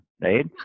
right